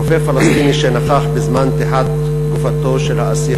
רופא פלסטיני שנכח בזמן נתיחת גופתו של האסיר